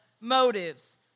motives